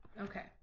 Okay